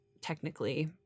technically